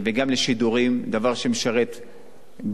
דבר שמשרת גם את האוכלוסייה היהודית,